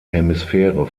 hemisphäre